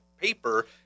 paper